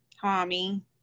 Tommy